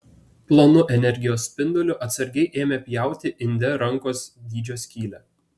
plonu energijos spinduliu atsargiai ėmė pjauti inde rankos dydžio skylę